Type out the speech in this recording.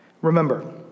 Remember